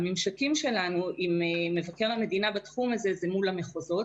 הממשקים שלנו עם מבקר המדינה בתחום הזה הם מול המחוזות